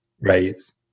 Raise